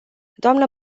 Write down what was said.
doamnă